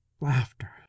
Laughter